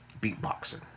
beatboxing